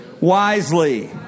wisely